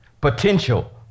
Potential